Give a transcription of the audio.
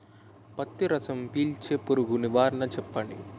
పత్తి రసం పీల్చే పురుగు నివారణ చెప్పండి?